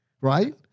right